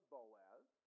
Boaz